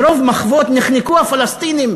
מרוב מחוות נחנקו הפלסטינים,